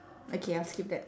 okay I'll skip that